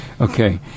Okay